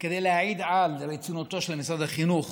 כדי להעיד על רצינותו של משרד החינוך